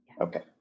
Okay